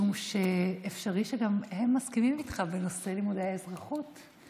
משום שאפשרי שהם מסכימים איתך בנושא לימודי האזרחות,